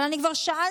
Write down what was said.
אבל אני כבר שאלתי,